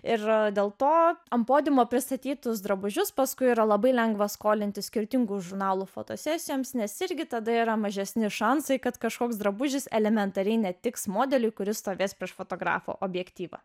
ir dėl to ant podiumo pristatytus drabužius paskui yra labai lengva skolintis skirtingų žurnalų fotosesijoms nes irgi tada yra mažesni šansai kad kažkoks drabužis elementariai netiks modelį kuris stovės prieš fotografo objektyvą